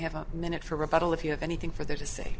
have a minute for about all of you have anything for there to say